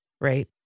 right